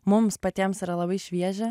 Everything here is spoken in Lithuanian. mums patiems yra labai šviežia